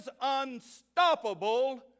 unstoppable